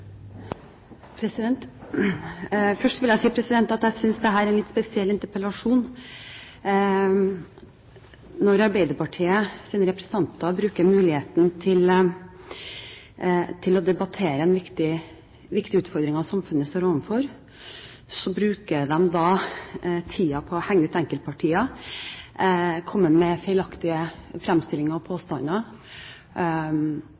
en litt spesiell interpellasjon. Når Arbeiderpartiets representanter har muligheten til å debattere viktige utfordringer samfunnet står overfor, bruker de tiden på å henge ut enkeltpartier, komme med feilaktige fremstillinger og